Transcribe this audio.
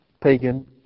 pagan